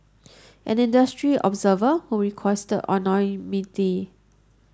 an industry observer who requested anonymity